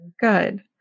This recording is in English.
Good